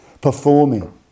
performing